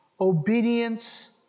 Obedience